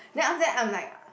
then after that I'm like